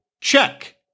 check